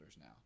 now